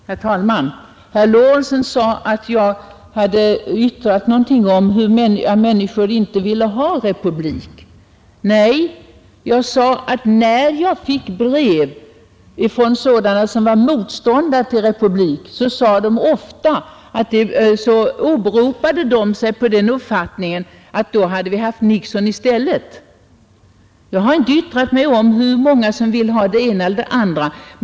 Herr talman! Herr Lorentzon påstod, att jag hade yttrat någonting om att människor inte vill ha republik. Nej, jag sade att när jag fick brev från sådana som var motståndare till republik, åberopade de sig ofta på den uppfattningen att vi, om vi hade avskaffat monarkin, hade haft Nixon i stället. Jag har inte yttrat mig om hur många som vill ha det ena eller andra styrelseskicket.